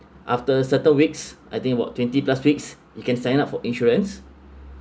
after certain weeks I think about twenty plus weeks you can sign up for insurance